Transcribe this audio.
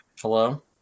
hello